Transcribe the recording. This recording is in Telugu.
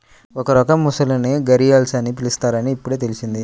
ఒక రకం మొసళ్ళను ఘరియల్స్ అని పిలుస్తారని ఇప్పుడే తెల్సింది